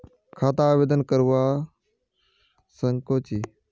खाता आवेदन करवा संकोची?